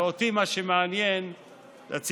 ואותי מה שמעניין זה הציבור.